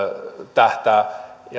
tähtää